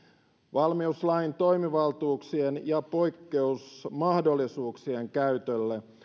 valmiuslain toimivaltuuksien ja poikkeusmahdollisuuksien käytölle